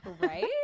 Right